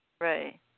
Right